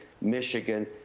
Michigan